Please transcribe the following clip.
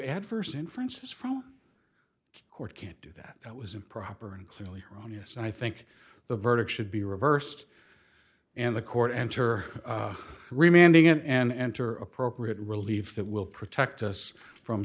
adverse inferences from the court can't do that that was improper and clearly erroneous and i think the verdict should be reversed and the court enter remanding and enter appropriate relief that will protect us from